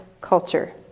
culture